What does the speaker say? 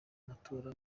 amatora